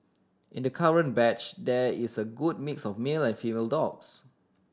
in the current batch there is a good mix of male and female dogs